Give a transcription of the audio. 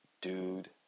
Dude